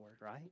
right